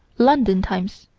london times,